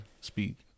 speak